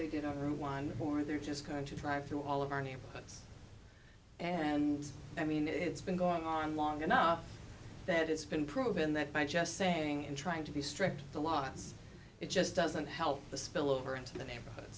they did on room one or they're just going to drive through all of our neighborhoods and i mean it's been going on long enough that it's been proven that by just saying and trying to distract the lots it just doesn't help the spillover into the neighborhood